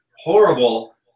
horrible